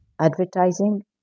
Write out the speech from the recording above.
advertising